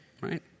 right